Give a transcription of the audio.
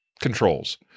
controls